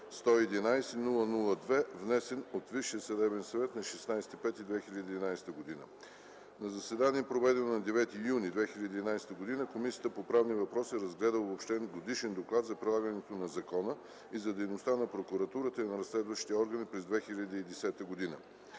111-00-2, внесен от Висшия съдебен съвет на 16 май 2011 г. На заседание, проведено на 9 юни 2011 г., Комисията по правни въпроси разгледа Обобщен годишен доклад за прилагането на закона и за дейността на Прокуратурата и на разследващите органи през 2010 г.